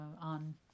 on